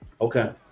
Okay